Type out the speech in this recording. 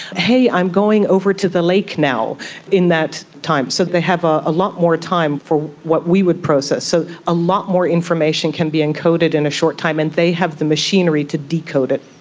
hey i'm going over to the lake now in that time. so they have ah a lot more time for what we would process, so a lot more information can be encoded in a short time and they have the machinery to decode it.